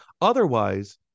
otherwise